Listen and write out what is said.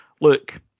look